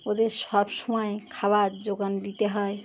ওদের সব সমময় খাবার যোগান দিতে হয়